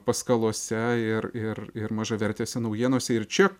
paskalose ir ir ir mažavertėse naujienose ir čia